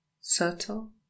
subtle